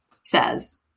says